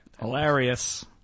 Hilarious